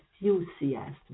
enthusiasm